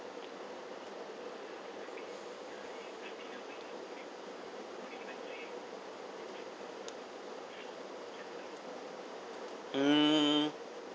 mm